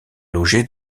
logé